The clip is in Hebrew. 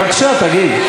בבקשה, תגיב.